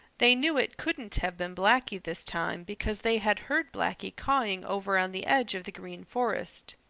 they knew it couldn't have been blacky this time because they had heard blacky cawing over on the edge of the green forest.